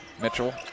Mitchell